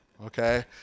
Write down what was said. okay